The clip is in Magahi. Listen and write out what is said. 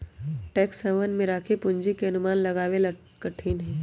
टैक्स हेवन में राखी पूंजी के अनुमान लगावे ला कठिन हई